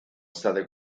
state